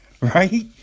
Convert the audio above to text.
right